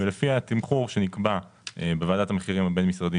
ולפי התמחור שנקבע בוועדת המחירים הבין-משרדית